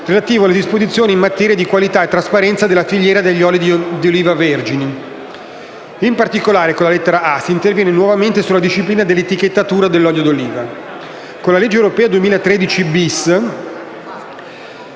relativo alle disposizioni in materia di qualità e trasparenza della filiera degli oli di oliva vergini. In particolare, con la lettera *a)* si interviene nuovamente sulla disciplina dell'etichettatura dell'olio d'oliva. Con la legge europea 2013-*bis*,